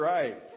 Right